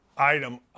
item